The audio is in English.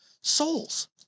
souls